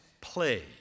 play